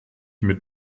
mit